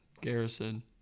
garrison